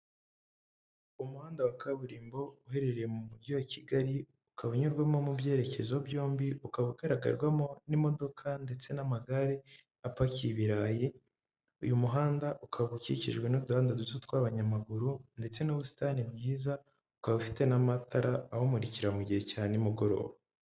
Umuhanda wa kaburimbo uherereye mu Mujyi wa Kigali, ukaba unyurwamo mu byerekezo byombi, ukaba ugaragarwamo n'imodoka ndetse n'amagare apakiye ibirayi. Uyu muhanda ukaba ukikijwe n'uduhanda duto tw'abanyamaguru ndetse n'ubusitani bwiza, ukaba ufite n'amatara awumurikira mu gihe cya nimugoroba.